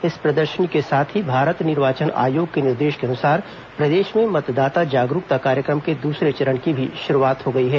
इस प्रदर्शनी के साथ ही भारत निर्वाचन आयोग के निर्देश के अनुसार प्रदेश में मतदाता जागरूकता कार्यक्रम के दुसरे चरण की भी शुरुआत हो गई है